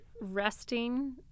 resting